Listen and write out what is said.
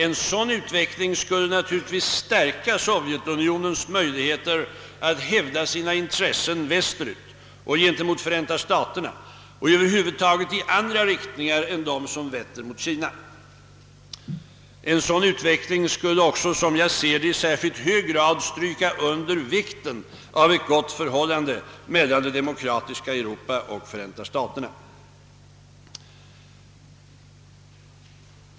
En sådan utveckling skulle naturligtvis stärka Sovjetunionens möjligheter att hävda sina intressen västerut och gentemot Förenta staterna och över huvud taget i andra riktningar än de som vetter mot Kina. En sådan utveckling skulle i särskilt hög grad understryka vikten av ett gott förhållande mellan det demokratiska Europa och Förenta staterna.